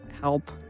help